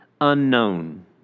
unknown